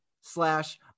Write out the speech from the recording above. slash